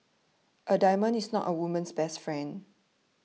a diamond is not a woman's best friend